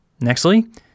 Nextly